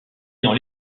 dans